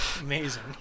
Amazing